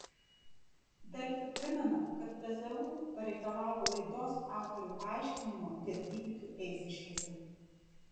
delfi primena kad pzu pareikalavo laidos autorių paaiškinimo dėl įvykių eišiškėse